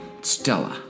Stella